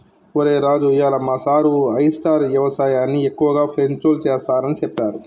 ఒరై రాజు ఇయ్యాల మా సారు ఆయిస్టార్ యవసాయన్ని ఎక్కువగా ఫ్రెంచ్లో సెస్తారని సెప్పారు